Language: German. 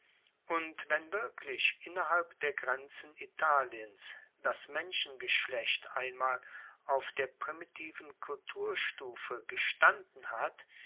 und wenn wirklich innerhalb der grenzen italiens das menschengeschlecht einmal auf der primitiven kulturstufe gestanden hat